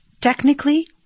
technically